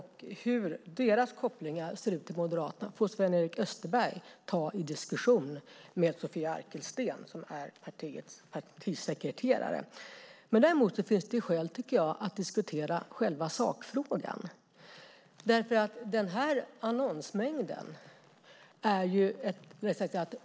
Hur deras kopplingar ser ut till Moderaterna får Sven-Erik Österberg diskutera med Sofia Arkelsten som är Moderaternas partisekreterare. Det finns dock skäl att diskutera själva sakfrågan.